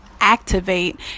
activate